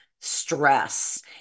stress